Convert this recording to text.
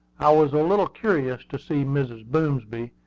i was a little curious to see mrs. boomsby,